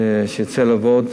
שיצא לעבוד.